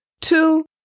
Two